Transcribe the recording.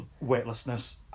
weightlessness